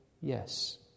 yes